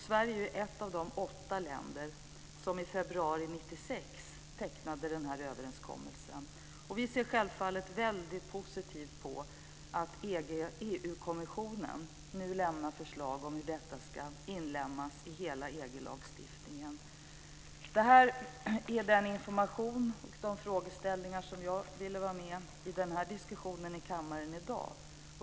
Sverige är ett av de åtta länder som i februari 1996 tecknade överenskommelsen. Vi ser självfallet väldigt positivt på att EU-kommissionen nu lämnar förslag om hur detta ska inlemmas i hela EG-lagstiftningen. Det här är den information och de frågeställningar där jag ville vara med i denna diskussion i kammaren i dag.